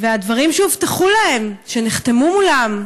והדברים שהובטחו להם, שנחתמו מולם,